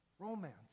romance